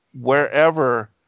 wherever